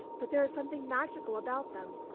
but there is something magical about them.